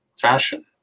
fashion